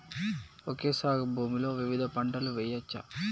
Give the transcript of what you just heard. Okay సాగు భూమిలో వివిధ పంటలు వెయ్యచ్చా?